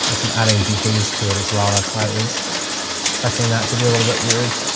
guess i'm adding d haze to it as well. that's why it was effecting that to be a little bit weird.